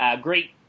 great